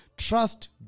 Trust